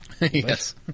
Yes